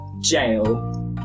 jail